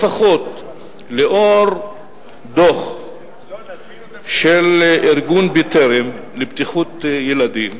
לפחות לנוכח דוח ארגון "בטרם" לבטיחות ילדים.